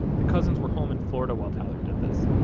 the cousins were home in florida while tyler did this,